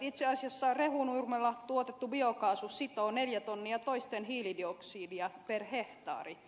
itse asiassa rehunurmella tuotettu biokaasu sitoo neljä tonnia toisten hiilidioksidia per hehtaari